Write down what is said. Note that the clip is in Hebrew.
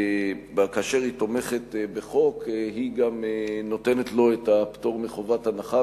שכאשר היא תומכת בחוק היא גם נותנת לו את הפטור מחובת הנחה,